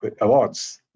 awards